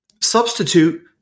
Substitute